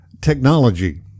Technology